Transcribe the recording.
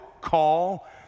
call